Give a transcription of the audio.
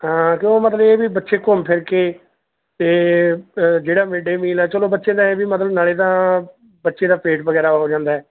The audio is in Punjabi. ਹਾਂ ਕਿਉਂ ਮਤਲਬ ਇਹ ਵੀ ਬੱਚੇ ਘੁੰਮ ਫਿਰ ਕੇ ਅਤੇ ਜਿਹੜਾ ਮਿਡਡੇ ਮੀਲ ਆ ਚਲੋ ਬੱਚੇ ਨੇ ਵੀ ਮਤਲਬ ਨਾਲੇ ਤਾਂ ਬੱਚੇ ਦਾ ਪੇਟ ਵਗੈਰਾ ਹੋ ਜਾਂਦਾ